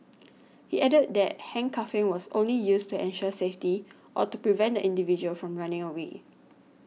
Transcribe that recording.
he added that handcuffing was only used to ensure safety or to prevent the individual from running away